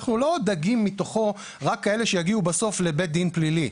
אנחנו לא דגים מתוכו רק כאלה שיגיעו בסוף לבית דין פלילי.